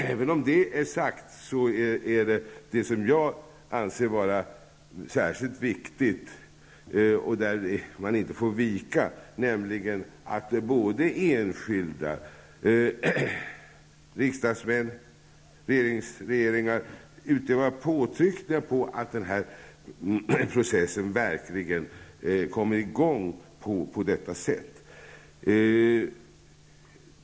Även om det är sagt vill jag betona att man inte får vika från kravet att enskilda, riksdagsmän och regeringar skall utöva påtryckningar för att processen verkligen skall komma i gång på detta sätt.